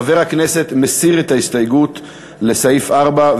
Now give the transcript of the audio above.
חבר הכנסת מסיר את ההסתייגות לסעיף 4,